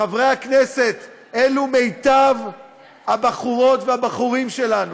חברי הכנסת, אלו מיטב הבחורות והבחורים שלנו,